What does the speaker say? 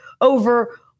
over